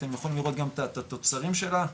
אתם יכולים לראות גם את התוצרים שלה,